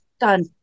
Done